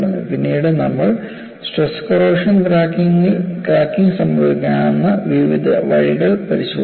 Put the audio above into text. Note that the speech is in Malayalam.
പിന്നീട് നമ്മൾ സ്ട്രെസ് കോറോഷൻ ക്രാക്കിംഗ് സംഭവിക്കാവുന്ന വിവിധ വഴികൾ പരിശോധിച്ചു